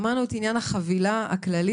שמענו את עניין החבילה הכללית,